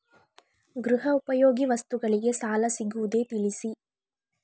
ಗೃಹ ಉಪಯೋಗಿ ವಸ್ತುಗಳಿಗೆ ಸಾಲ ಸಿಗುವುದೇ ತಿಳಿಸಿ?